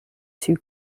two